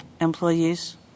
employees